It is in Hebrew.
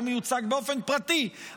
לא מיוצג באופן פרטי,